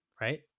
right